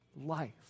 life